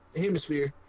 hemisphere